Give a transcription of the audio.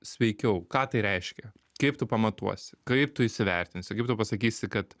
sveikiau ką tai reiškia kaip tu pamatuosi kaip tu įsivertinsi kaip tu pasakysi kad